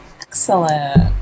Excellent